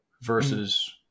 versus